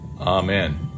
Amen